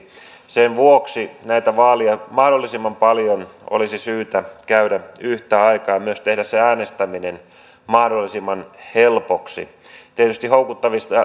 sen vuoksi näitä vaaleja mahdollisimman paljon olisi syytä käydä yhtä aikaa ja myös tehdä se äänestäminen mahdollisimman helpoksi